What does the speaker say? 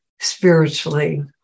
spiritually